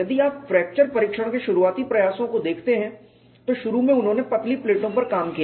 यदि आप फ्रैक्चर परीक्षण के शुरुआती प्रयासों को देखते हैं तो शुरू में उन्होंने पतली प्लेटों पर काम किया